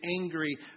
angry